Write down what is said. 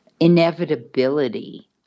inevitability